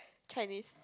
Chinese